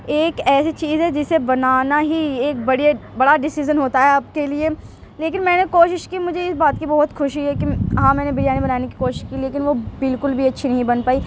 ایک ایسی چیز ہے جسے بنانا ہی ایک بڑا ڈسیزن ہوتا ہے آپ کے لیے لیکن میں نے کوشش کی مجھے اس بات کی بہت خوشی ہے کہ ہاں میں نے بریانی بنانے کی کوشش کی لیکن وہ بالکل بھی اچّھی نہیں بن پائی